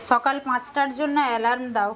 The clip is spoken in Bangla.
সকাল পাঁচটার জন্য অ্যালার্ম দাও